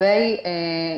לענות.